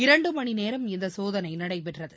இரண்டுமணிநேரம் இந்தசோதனைநடைபெற்றது